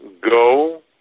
go